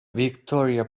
victoria